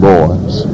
Boys